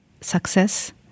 success